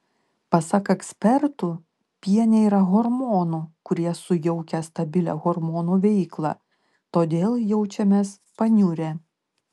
pasak ekspertų piene yra hormonų kurie sujaukia stabilią hormonų veiklą todėl jaučiamės paniurę